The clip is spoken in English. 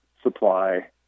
Supply